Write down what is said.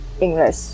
English